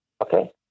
okay